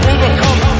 Overcome